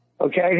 okay